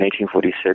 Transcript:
1846